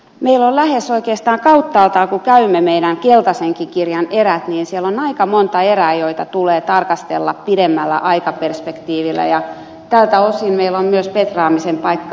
mutta lähes oikeastaan kauttaaltaan kun käymme meidän keltaisenkin kirjan erät siellä on aika monta erää joita tulee tarkastella pidemmällä aikaperspektiivillä ja tältä osin meillä on myös petraamisen paikka